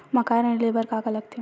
मकान ऋण ले बर का का लगथे?